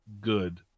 good